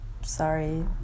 sorry